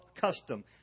custom